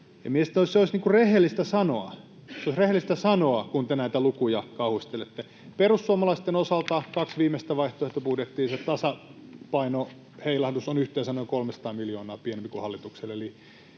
sanoa — se olisi rehellistä sanoa — kun te näitä lukuja kauhistelette, että perussuomalaisten kahden viimeisen vaihtoehtobudjetin osalta se tasapainoheilahdus on yhteensä noin 300 miljoonaa pienempi kuin hallituksella,